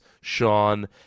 Sean